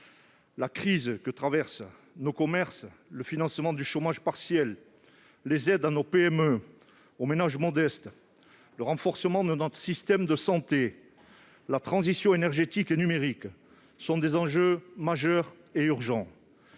La crise que traversent nos commerces, le financement du chômage partiel, les aides à nos petites et moyennes entreprises (PME) et aux ménages modestes, le renforcement de notre système de santé, la transition énergétique et numérique sont des enjeux majeurs et urgents.